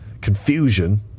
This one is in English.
confusion